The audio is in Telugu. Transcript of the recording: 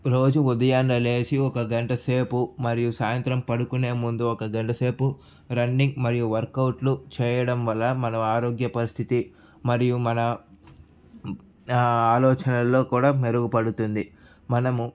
రోజూ ఉదయాన్నే లేచి ఒక గంట సేపు మరియు సాయంత్రం పడుకునే ముందు ఒక గంట సేపు రన్నింగ్ మరియు వర్కౌట్లు చేయడం వల్ల మనం ఆరోగ్య పరిస్థితి మరియు మన ఆలోచనల్లో కూడా మెరుగుపడుతుంది మనము